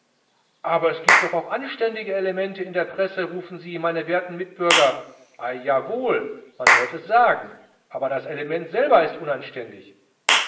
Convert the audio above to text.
aber es giebt doch auch anständige elemente in der presse rufen sie mein werter mitbürger ei ja wohl man hört es sagen aber das element selber ist unanständig